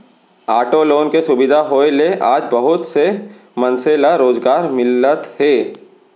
auto loan के सुबिधा होए ले आज बहुत से मनसे ल रोजगार मिलत हे